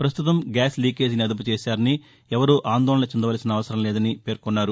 పస్తుతం గ్యాస్ లీకేజీని అదుపు చేశారని ఎవరూ ఆందోళన చెందాల్పిన అవసరంలేదని తెలిపారు